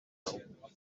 well